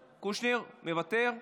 מוותר,